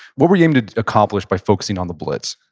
what were you aiming to accomplish by focusing on the blitz?